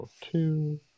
Two